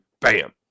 bam